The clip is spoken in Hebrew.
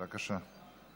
בבקשה.